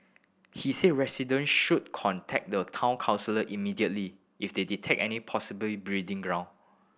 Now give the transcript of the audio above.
he said resident should contact the Town Council immediately if they detect any possible breeding ground